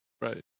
Right